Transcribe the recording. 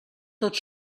tot